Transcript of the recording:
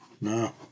No